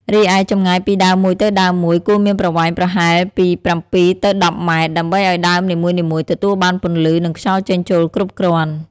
រីឯចម្ងាយពីដើមមួយទៅដើមមួយគួរមានប្រវែងប្រហែលពី ៧ ទៅ ១០ ម៉ែត្រ ដើម្បីឱ្យដើមនីមួយៗទទួលបានពន្លឺ និងខ្យល់ចេញចូលគ្រប់គ្រាន់។